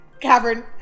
Cavern